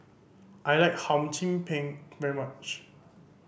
I like Hum Chim Peng very much